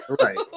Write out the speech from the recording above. right